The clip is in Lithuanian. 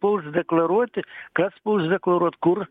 puls deklaruoti kas puls deklaruot kur